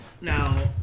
Now